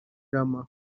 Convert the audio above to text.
rama